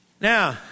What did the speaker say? Now